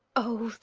oh!